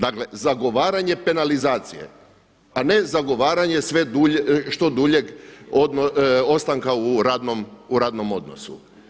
Dakle zagovaranje penalizacije a ne zagovaranje što duljeg ostanka u radnom odnosu.